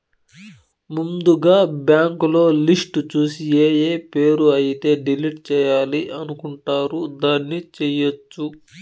ముందుగా బ్యాంకులో లిస్టు చూసి ఏఏ పేరు అయితే డిలీట్ చేయాలి అనుకుంటారు దాన్ని చేయొచ్చు